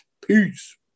Peace